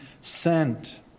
sent